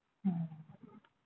mm